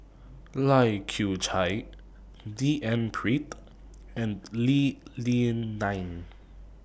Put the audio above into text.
Lai Kew Chai D N Pritt and Lee Li Lian